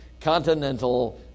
continental